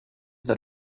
that